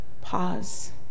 Pause